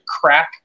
crack